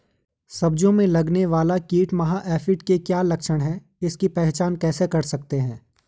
सब्जियों में लगने वाला कीट माह एफिड के क्या लक्षण हैं इसकी पहचान कैसे कर सकते हैं?